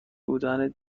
بودن